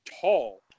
tall